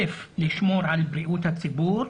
מצד אחד לשמור על בריאות הציבור,